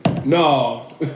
No